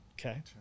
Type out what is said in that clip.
Okay